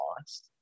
Lost